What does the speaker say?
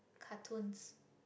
cartoons